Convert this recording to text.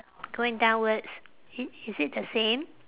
going downwards i~ is it the same